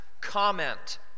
comment